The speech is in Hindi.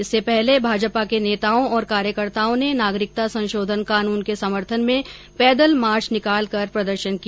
इससे पहले भाजपा के नेताओं और कार्यकर्ताओं ने नागरिकता संशोधन कानून के समर्थन में पैदल मार्च निकालकर प्रदर्शन किया